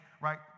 right